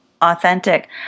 authentic